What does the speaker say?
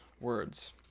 words